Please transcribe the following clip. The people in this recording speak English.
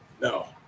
No